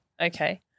Okay